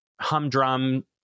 humdrum